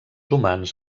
humans